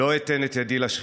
לא אתן את ידי לשחיתות,